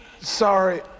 Sorry